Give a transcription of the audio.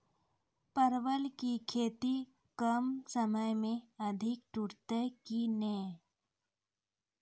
परवल की खेती कम समय मे अधिक टूटते की ने?